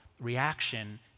reaction